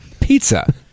pizza